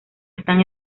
están